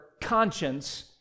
conscience